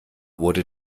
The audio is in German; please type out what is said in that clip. wurde